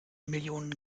millionen